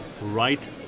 right